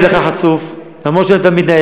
אתה מדבר ואני